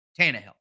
Tannehill